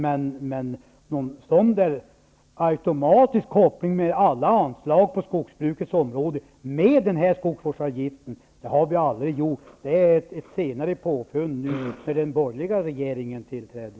Men en automatisk koppling mellan alla anslag på skogsbrukets område och skogsvårdsavgiften har vi aldrig gjort. Det är ett senare påfund sedan den borgerliga regeringen tillträdde.